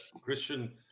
Christian